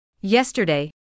Yesterday